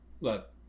look